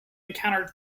encountered